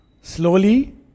slowly